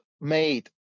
made